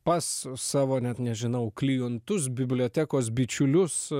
pas savo net nežinau klientus bibliotekos bičiulius